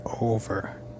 over